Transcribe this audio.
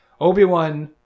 Obi-Wan